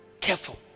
Careful